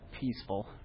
peaceful